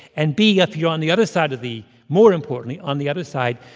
and, b, if you're on the other side of the more importantly on the other side,